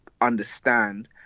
understand